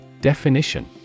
Definition